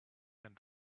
and